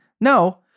No